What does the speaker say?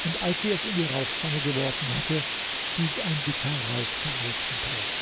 und als sie es in die rauchpfanne geworfen hatte stieg ein dicker rauch daraus empor